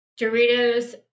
Doritos